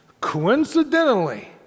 coincidentally